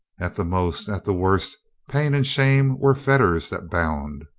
at the most, at the worst, pain and shame were fetters that bound.